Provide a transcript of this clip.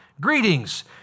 Greetings